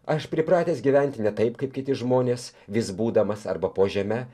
aš pripratęs gyventi ne taip kaip kiti žmonės vis būdamas arba po žeme